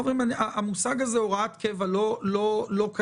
המושג הזה "הוראת קבע" לא קיים.